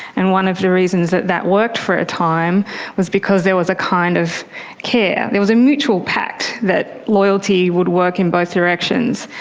and one of the reasons that that worked for a time was because there was a kind of care, there was a mutual pact that loyalty would work in both directions.